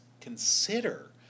consider